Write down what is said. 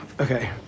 okay